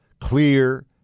clear